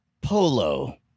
polo